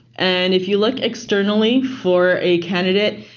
and if you look externally for a candidate,